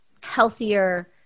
healthier